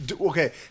Okay